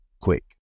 quick